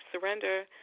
surrender